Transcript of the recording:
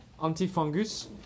antifungus